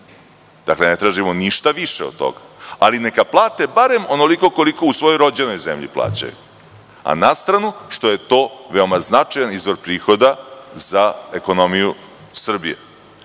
Rusi? Ne tražimo ništa više od toga, ali neka plate barem onoliko koliko plaćaju u svojoj rođenoj zemlji. Na stranu što je to veoma značajan izvor prihoda za ekonomiju Srbije. Liga